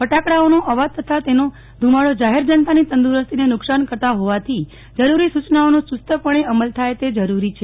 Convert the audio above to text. ફટાકડાઓનો અવાજ તથા તેનો ધુમાડો જાહેર જનતાની તંદુરસ્તીને નુકશાન કર્તા હોવાથી જરૂરી સૂયનાઓનો યૂસ્તપણે અમલ થાય તે જરૂરી છે